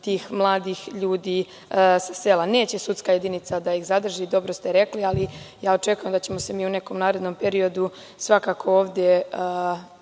tih mladih ljudi sa sela. Neće sudska jedinica da ih zadrži, dobro ste rekli, ali očekujem da ćemo se mi u nekom narednom periodu svakako ovde